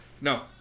No